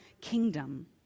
kingdom